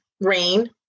rain